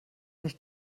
nicht